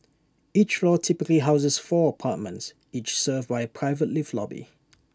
each floor typically houses four apartments each served by A private lift lobby